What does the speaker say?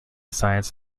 science